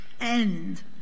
end